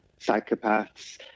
psychopaths